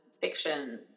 fiction